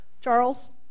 Charles